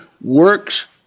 works